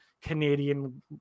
Canadian